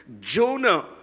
Jonah